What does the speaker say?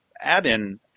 add-in